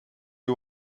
you